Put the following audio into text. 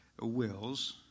wills